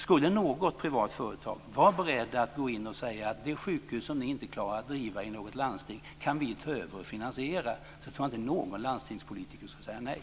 Skulle något privat företag vara beredd att gå in och säga: Det sjukhus som ni inte klarar att driva inom något landsting kan vi ta över och finansiera, tror jag inte någon landstingspolitiker skulle säga nej.